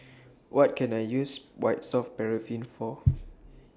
What Can I use White Soft Paraffin For